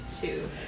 two